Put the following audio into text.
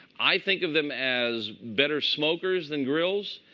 i think of them as better smokers than grills.